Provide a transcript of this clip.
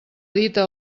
dita